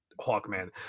Hawkman